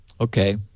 Okay